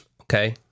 okay